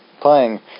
playing